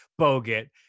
Bogut